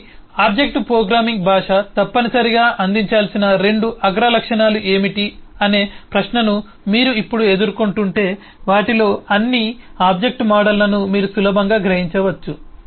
కాబట్టి object programming భాష తప్పనిసరిగా అందించాల్సిన 2 అగ్ర లక్షణాలు ఏమిటి అనే ప్రశ్నను మీరు ఇప్పుడు ఎదుర్కొంటుంటే వాటిలో అన్ని ఆబ్జెక్ట్ మోడళ్లను మీరు సులభంగా గ్రహించవచ్చు